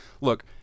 look